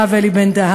הרב אלי בן-דהן,